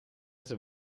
zijn